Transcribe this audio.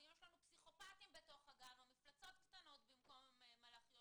ויש לנו פסיכופטים בתוך הגן או מפלצות קטנות או מלאכיות